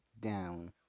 down